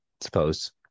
suppose